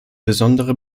besondere